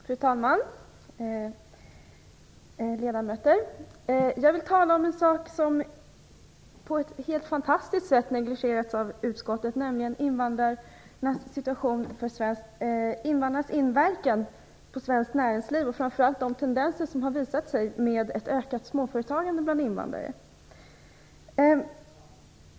Fru talman! Ledamöter! Jag vill tala om en sak som på ett helt fantastiskt sätt har negligerats av utskottet, nämligen invandrarnas inverkan på svenskt näringsliv och framför allt de tendenser som har visat sig i form av ett ökat småföretagande bland invandrare.